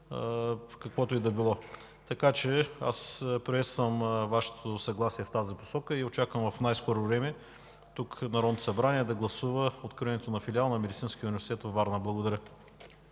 каквото и да било. Приветствам Вашето съгласие в тази посока и очаквам в най-скоро време Народното събрание да гласува откриването на филиал на Медицинския университет във Варна. Благодаря.